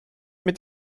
mit